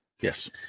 Yes